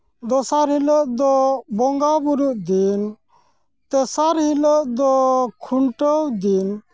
ᱫᱚᱥᱟᱨ ᱦᱤᱞᱳᱜ ᱫᱚ ᱵᱚᱸᱜᱟ ᱵᱳᱨᱳᱜ ᱫᱤᱱ ᱛᱮᱥᱟᱨ ᱦᱤᱞᱳᱜ ᱫᱚ ᱠᱷᱩᱱᱴᱟᱹᱣ ᱫᱤᱱ